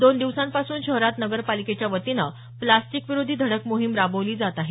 दोन दिवसांपासून शहरात नगरपालिकेच्या वतीनं प्लास्टिक विरोधी धडक मोहीम राबवली जात आहे